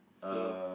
so